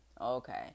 okay